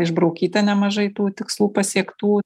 išbraukyta nemažai tų tikslų pasiektų